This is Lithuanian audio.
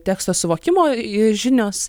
teksto suvokimo žinios